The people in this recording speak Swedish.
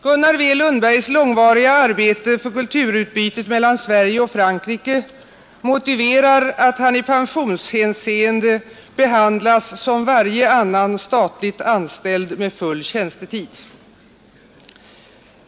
Gunnar W. Lundbergs långvariga arbete för kulturutbytet mellan Sverige och Frankrike motiverar att han i pensionshänseende behandlas som varje annan statligt anställd med full tjänstetid.